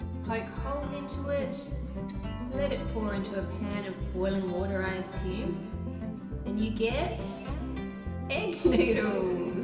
poke holes into it let it pour into a pan of boiling water i assume and you get egg noodles!